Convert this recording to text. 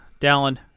Dallin